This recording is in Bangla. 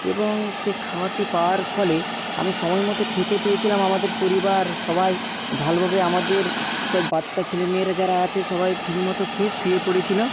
এবং সে খাওয়ারটি পাওয়ার ফলে আমি সময় মতো খেতে পেয়েছিলাম আমাদের পরিবার সবাই ভালোভাবে আমাদের সব বাচ্চা ছেলেমেয়েরা যারা আছে সবাই ঠিক মতো খেয়ে শুয়ে পড়েছিল